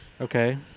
Okay